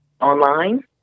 online